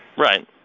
Right